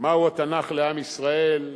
מהו התנ"ך לעם ישראל,